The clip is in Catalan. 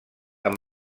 amb